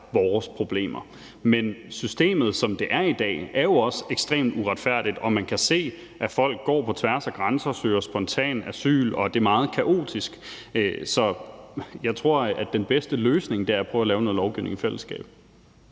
vores problemer. Men systemet, som der i dag, er jo også ekstremt uretfærdigt, og man kan se, at folk bevæger sig på tværs af grænserne og søger spontant asyl, og at det er meget kaotisk. Så jeg tror, at den bedste løsning er at prøve at lave noget lovgivning i fællesskab.